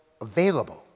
available